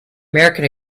american